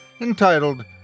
entitled